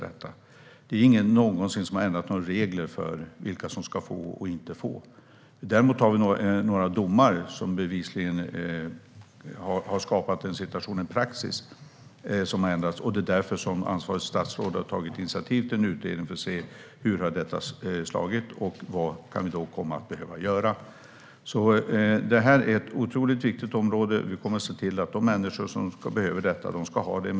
Det är ingen som har ändrat några regler om vilka som ska få eller inte få. Däremot finns några domar som bevisligen har skapat en ändrad praxis. Det är därför som ansvarigt statsråd har tagit initiativ till en utredning för att se hur detta har slagit och vad som kan behöva göras. Det här är ett otroligt viktigt område. Vi kommer att se till att de människor som behöver detta får det.